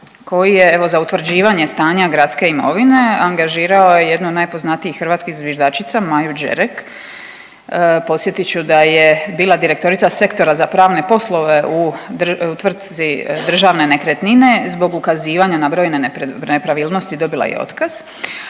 koji je evo za utvrđivanje stanja gradske imovine angažirao jednu od najpoznatijih hrvatskih zviždačica Maju Đerek. Podsjetit ću da je bila direktorica Sektora za pravne poslove u tvrtci Državne nekretnine zbog ukazivanja na brojne nepravilnost dobila je otkaz.